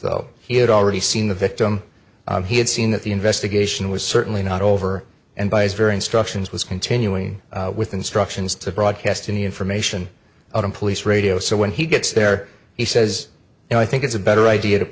though he had already seen the victim he had seen that the investigation was certainly not over and by his very instructions was continuing with instructions to broadcast any information out of police radio so when he gets there he says you know i think it's a better idea to